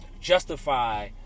justify